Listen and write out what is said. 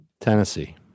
Tennessee